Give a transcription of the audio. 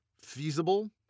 feasible